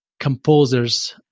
Composers